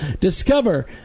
Discover